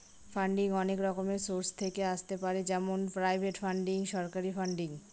funding অনেক রকমের source থেকে আসতে পারে যেমন প্রাইভেট ফান্ডিং, সরকারি ফান্ডিং